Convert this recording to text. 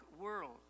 world